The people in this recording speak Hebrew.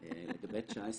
(א)הרכיב החיוני באמצעי